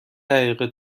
دقیقه